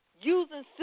Using